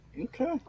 Okay